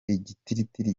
igitigiri